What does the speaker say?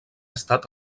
estat